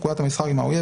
פקודת המסחר עם האויב,